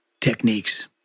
techniques